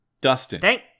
Dustin